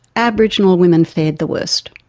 aboriginal women fared the worst.